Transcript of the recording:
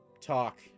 talk